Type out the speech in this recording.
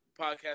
podcast